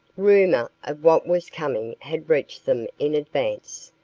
rumor of what was coming had reached them in advance,